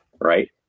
right